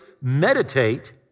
meditate